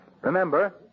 Remember